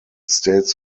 states